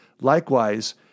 Likewise